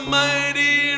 mighty